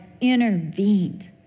intervened